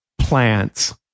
Plants